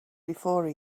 before